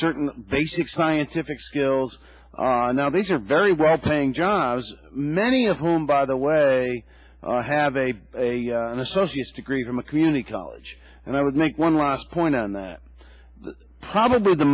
certain basic scientific skills on now these are very well paying jobs many of whom by the way have a a an associate's degree from a community college and i would make one last point on that probably the